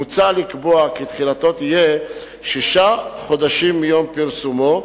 מוצע לקבוע כי תחילתו תהיה שישה חודשים מיום פרסומו.